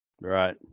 right